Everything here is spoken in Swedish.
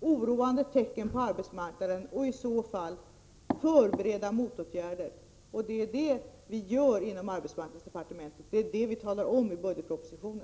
oroande tecken på arbetsmarknaden och i så fall förbereda motåtgärder. Det är det vi gör inom arbetsmarknadsdepartementet. Det är det vi talar om i budgetpropositionen.